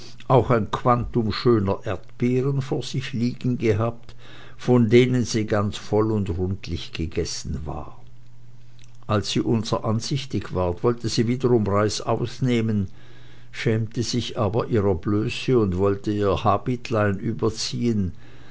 auch ein quantum schöner erdbeeren vor sich liegen gehabt von denen sie ganz voll und rundlich gegessen war als sie unser ansichtig ward wollte sie wiederum reißaus nemen schämete sich aber ihrer blöße und wollte ihr habitlein überziehen